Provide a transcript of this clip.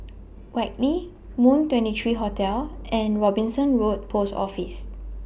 Whitley Moon twenty three Hotel and Robinson Road Post Office